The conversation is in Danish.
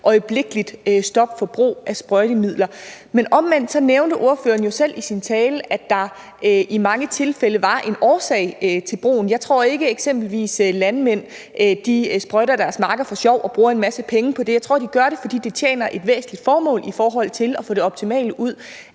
et øjeblikkeligt stop for brug af sprøjtemidler, men på den anden side nævnte ordføreren jo selv i sin tale, at der i mange tilfælde var en årsag til brugen. Jeg tror ikke, at eksempelvis landmænd sprøjter deres marker for sjov og bruger en masse penge på det. Jeg tror, de gør det, fordi det tjener et væsentligt formål i forhold til at få det optimale ud